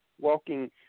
walking